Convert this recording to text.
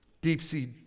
Deep-sea